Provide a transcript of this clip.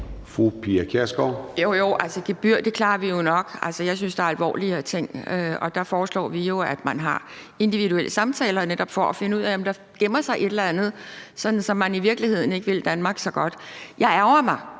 Pia Kjærsgaard (DF): Jo, jo, altså, gebyrer klarer vi jo nok. Jeg synes, at der er alvorligere ting, og der foreslår vi jo, at man har individuelle samtaler, netop for at finde ud af, om der gemmer sig et eller andet, sådan at man i virkeligheden ikke vil Danmark så godt. Jeg ærgrer mig,